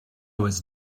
was